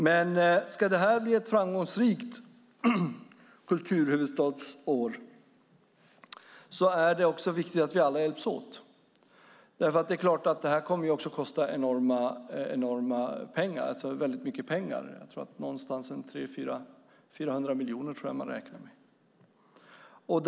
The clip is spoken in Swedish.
Men ska detta bli ett framgångsrikt kulturhuvudstadsår är det viktigt att vi alla hjälps åt, för det är klart att detta kommer att kosta väldigt mycket pengar. Jag tror att man räknar med någonstans 300-400 miljoner.